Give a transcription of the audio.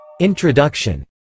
Introduction